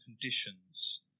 conditions